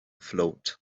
float